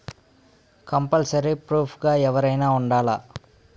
Compulsory proof గా ఎవరైనా ఉండాలా?